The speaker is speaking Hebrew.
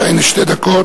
בבקשה, הנה שתי דקות.